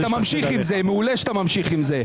אתה ממשיך עם זה, מעולה שאתה ממשיך עם זה.